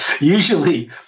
usually